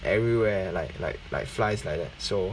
everywhere like like like flies like that so